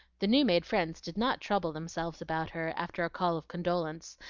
the new-made friends did not trouble themselves about her after a call of condolence,